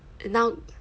now